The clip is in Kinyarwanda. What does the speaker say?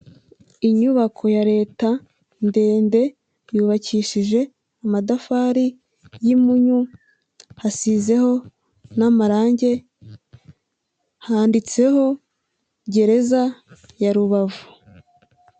Inyubako ya leta ndende yubakishije amatafari y'impunyu, hasizeho n'amarangi handitseho gereza ya Rubavu.